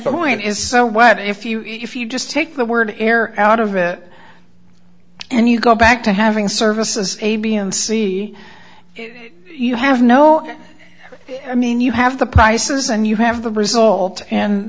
point is so what if you if you just take the word air out of it and you go back to having services a b and c if you have no i mean you have the prices and you have the result and